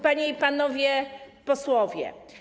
Panie i Panowie Posłowie!